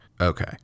okay